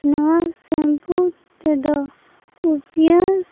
ᱱᱚᱣᱟ ᱥᱮᱢᱯᱷᱩ ᱛᱮᱫᱚ ᱩᱯᱤᱭᱟᱸᱥ